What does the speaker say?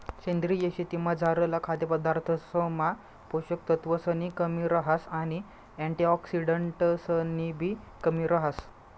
सेंद्रीय शेतीमझारला खाद्यपदार्थसमा पोषक तत्वसनी कमी रहास आणि अँटिऑक्सिडंट्सनीबी कमी रहास